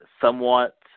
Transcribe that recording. somewhat